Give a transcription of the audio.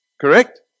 Correct